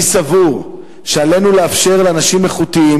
אני סבור שעלינו לאפשר לאנשים איכותיים,